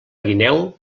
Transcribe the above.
guineu